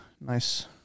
nice